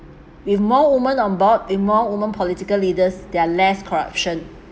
with more women on board with more women political leaders there are less corruption